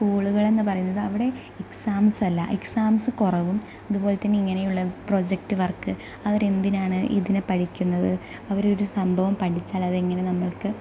സ്കൂളുകൾ എന്ന് പറയുന്നത് അവിടെ എക്സാംസ് അല്ല എക്സാംസ് കുറവും അതുപോലെ തന്നെ ഇങ്ങനെയുള്ള പ്രൊജക്റ്റ് വർക്ക് അവർ എന്തിനാണ് ഇതിനെ പഠിക്കുന്നത് അവർ ഒരു സംഭവം പഠിച്ചാൽ അതെങ്ങനെ നമുക്ക്